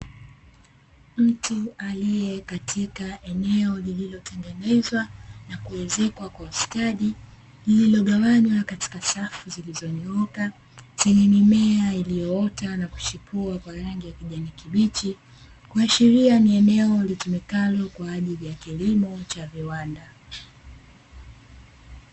Mtu aliye katika eneo lililo tengenezwa, na kuezekwa kwa ustadi lililo gawiwa katika safu zilizo nyooka; zenye mimea iliyoota na kuchipua kwa rangi ya kijani kibichi, kuashiria ni eneo litumikalo kwa ajili ya kilimo cha viwanda.